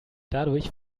dadurch